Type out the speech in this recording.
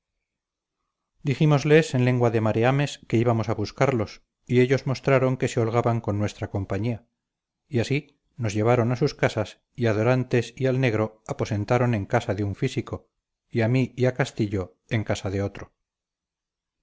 dijímosles en lengua de mareames que íbamos a buscarlos y ellos mostraron que se holgaban con nuestra compañía y así nos llevaron a sus casas y a dorantes y al negro aposentaron en casa de un físico y a mí y a castillo en casa de otro